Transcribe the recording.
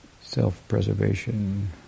Self-preservation